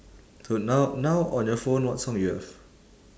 so now now on your phone what song you have